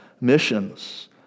missions